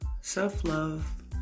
self-love